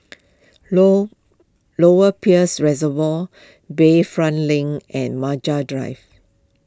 Low Lower Peirce Reservoir Bayfront Link and Maju Drive